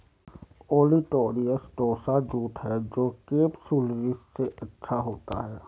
olitorius tossa jute है जो capsularis से अच्छा होता है